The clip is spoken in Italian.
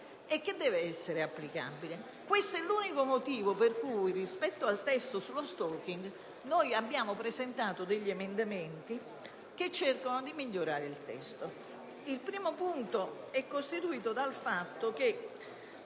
e che deve essere applicabile. Questo è l'unico motivo per cui, rispetto al testo sullo *stalking*, abbiamo presentato degli emendamenti che cercano di migliorare il testo. Il primo punto è costituito dal fatto che,